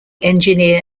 engineer